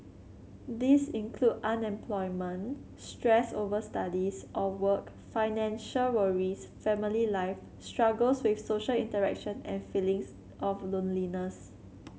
these include unemployment stress over studies or work financial worries family life struggles with social interaction and feelings of loneliness